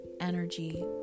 energy